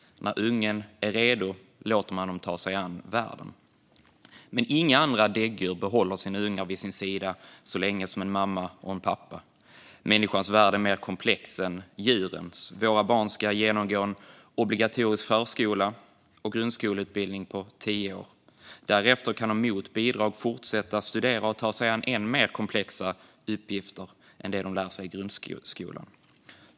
När ungen är redo låter man den ta sig an världen. Men inga andra däggdjur behåller ungen vid sin sida så länge som en mamma och en pappa gör. Människans värld är mer komplex än djurens. Våra barn ska genomgå en obligatorisk förskola och grundskoleutbildning på tio år. Därefter kan de mot bidrag fortsätta att studera och ta sig an än mer komplexa uppgifter än i grundskolan.